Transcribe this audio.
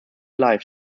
live